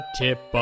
tip